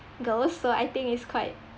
girls so I think it's quite